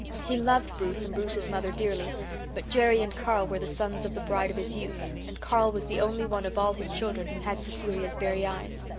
he loved bruce and bruce's mother dearly but jerry and carl were the sons of the bride of his youth and carl was the only one of all his children who had cecilia's very eyes.